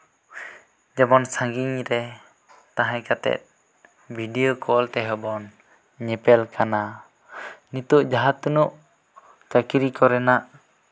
ᱡᱮᱢᱚᱱ ᱥᱟᱺᱜᱤᱧ ᱨᱮ ᱛᱟᱦᱮᱸᱠᱟᱛᱫ ᱵᱷᱤᱰᱤᱭᱳ ᱠᱚᱞ ᱛᱮᱦᱚᱸ ᱵᱚᱱ ᱧᱮᱯᱮᱞ ᱠᱟᱱᱟ ᱱᱤᱛᱳᱜ ᱡᱟᱦᱟᱸᱛᱤᱱᱟᱹᱜ ᱪᱟᱠᱨᱤ ᱠᱚᱨᱮᱱᱟᱜ